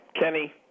Kenny